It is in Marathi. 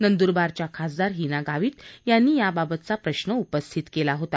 नंदूरबारच्या खासदार हीना गावीत यांनी याबाबतचा प्रश्र उपस्थित केला होता